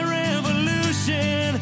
revolution